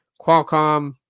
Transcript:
Qualcomm